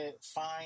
find